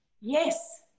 Yes